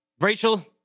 Rachel